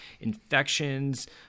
infections